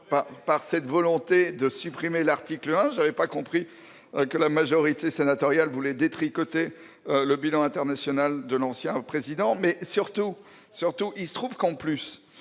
par la volonté de supprimer l'article 1. Je n'avais pas compris que la majorité sénatoriale souhaitait détricoter le bilan international de l'ancien président ... Il se trouve en outre